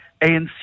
ANC